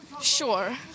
Sure